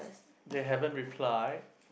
they haven't reply